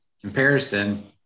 comparison